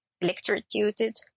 electrocuted